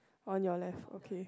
on your left okay